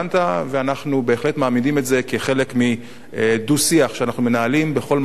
ואנחנו בהחלט מעמידים את זה כחלק מדו-שיח שאנחנו מנהלים בכל מקום בעולם,